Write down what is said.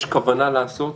יש כוונה לעשות,